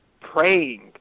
praying